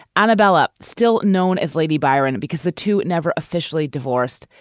anabella still known as lady biren because the two never officially divorced,